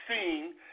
seen